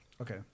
okay